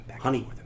Honey